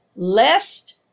Lest